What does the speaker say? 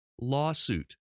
lawsuit